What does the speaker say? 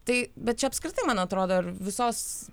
tai bet čia apskritai man atrodo ir visos